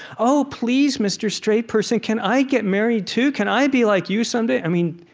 oh, please, mr. straight person, can i get married too? can i be like you someday? i mean,